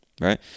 Right